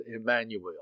Emmanuel